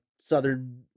Southern